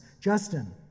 Justin